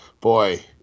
boy